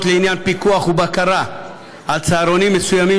לעניין פיקוח ובקרה על צהרונים מסוימים,